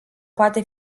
poate